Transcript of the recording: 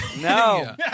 No